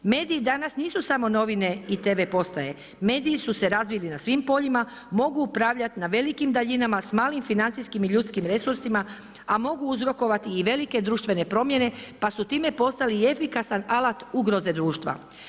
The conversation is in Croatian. Mediji danas nisu samo novine i tv-postaje, mediji su se razvili na svim poljima, mogu upravljati na velikim daljinama sa malim financijskim i ljudskim resursima, a mogu uzrokovati i velike društvene promjene pa su time postavili efikasan alat ugroze društva.